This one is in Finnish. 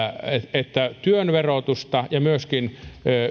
että työn verotusta ja myöskin